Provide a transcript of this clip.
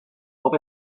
bob